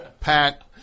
Pat